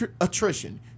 attrition